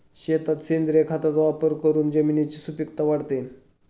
शेतात सेंद्रिय खताचा वापर करून जमिनीची सुपीकता वाढते